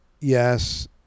Yes